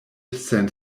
saint